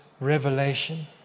revelation